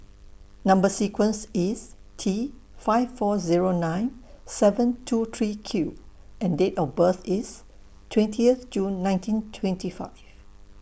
Number sequence IS T five four Zero nine seven two three Q and Date of birth IS twentieth June nineteen twenty five